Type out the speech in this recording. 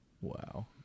Wow